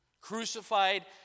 Crucified